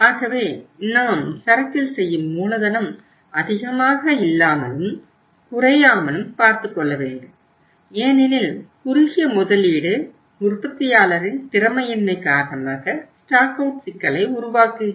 ஆகவே நாம் சரக்கில் செய்யும் மூலதனம் அதிகமாக இல்லாமலும் குறையாமலும் பார்த்துக்கொள்ள வேண்டும் ஏனெனில் குறுகிய முதலீடு உற்பத்தியாளரின் திறமையின்மை காரணமாக ஸ்டாக் அவுட் சிக்கலை உருவாக்குகிறது